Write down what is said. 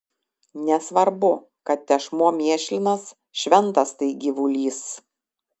nesvarbu kad tešmuo mėšlinas šventas tai gyvulys